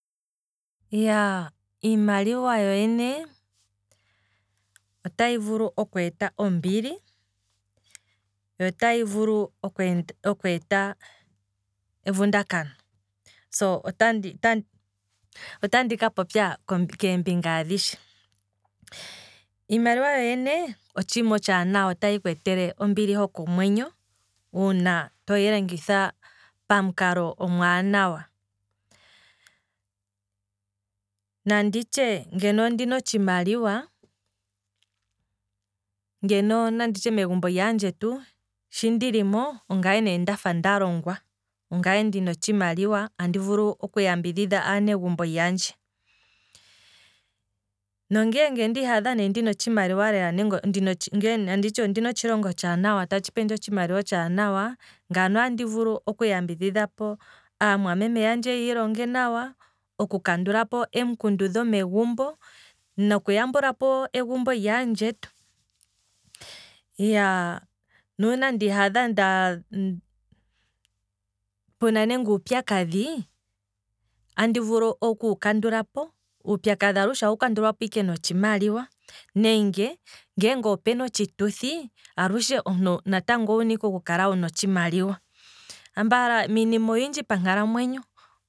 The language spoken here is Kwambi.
Iyaaa iimaliwa yo yene otayi vulu okweeta ombili, yo otayi vulu okweenda okweeta evundakano, so otandi otandi ka popya keembinga adhishe, iimaliwa yo yene otshiima otshaanawa otayi kweetele ombili hokomwenyo, uuna toyi longitha pamukalo omwaanawa, nanditye ngeno ondina otshimaliwa, ngeno nanditye megumbo lyaandjetu shi ndilimo ongaye ne ndafa ndalongwa, ongaye ndina otshimaliwa andi vulu oku yambidhidha aanegumbo yandje, nonge lela ndihadha ndina otshimaliwa, nanditye ondina otshilonga otshaanawa lela tshi pendje otshimaliwa otshaanawa, ngano andi vulu okuya mbidhidha po aamwameme yandje yiilonge nawa, oku kandulapo em'kundu dhomegumbo, noku yambulapo egumbo lyaandjetu, iyaaa nuuna ndiihadha pena nenge uupyakadhi, andi vulu okuwu kandulapo, uupyakadhi alushe ohawu kandulwapo ike notshimaliwa, nenge ngeenge opuna otshituthi, alushe omuntu owuna ike oku kala wuna otshimaliwa, apala miinima oyindji pankalamwenyo